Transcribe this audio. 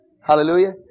Hallelujah